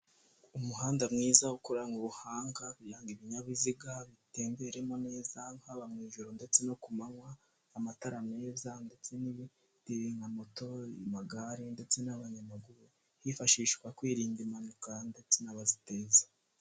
Umuhanda mwiza ukoranywe ubuhanga, kugira ngo ibinyabiziga bitemberemo neza, haba mu ijoro ndetse no ku manywa, amatara meza ndetse n'ibindi bintu nka moto, amagare ndetse n'abanyamaguru, hifashishwa kwirinda impanuka ndetse n'abaziteza.